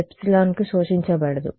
అదంతా ε కు శోషించబడదు